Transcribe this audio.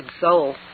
soul